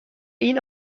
این